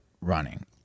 running